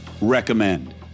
recommend